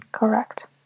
Correct